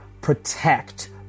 protect